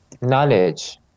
Knowledge